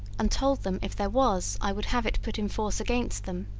and told them if there was i would have it put in force against them.